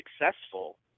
successful